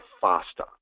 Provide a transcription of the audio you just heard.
faster